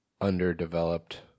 underdeveloped